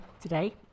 today